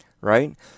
right